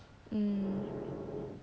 hmm